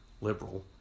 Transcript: liberal